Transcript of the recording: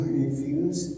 refuse